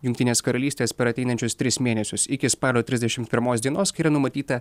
jungtinės karalystės per ateinančius tris mėnesius iki spalio trisdešim pirmos dienos kai yra numatyta